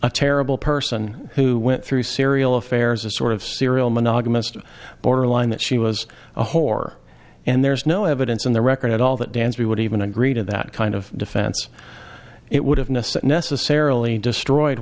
a terrible person who went through serial affairs a sort of serial monogamist borderline that she was a whore and there's no evidence in the record at all that dance we would even agree to that kind of defense it would have necessarily destroyed